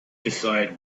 decide